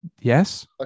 Yes